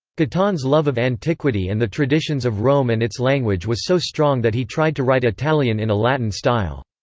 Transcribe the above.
guittone's love of antiquity and the traditions of rome and its language was so strong that he tried to write italian in a latin style.